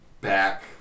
back